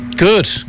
Good